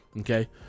Okay